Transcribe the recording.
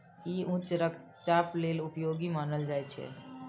ई उच्च रक्तचाप लेल उपयोगी मानल जाइ छै